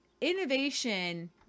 innovation